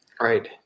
Right